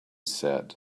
said